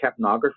capnography